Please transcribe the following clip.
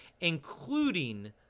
including